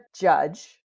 judge